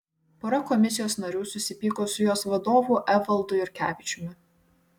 pora komisijos narių susipyko su jos vadovu evaldu jurkevičiumi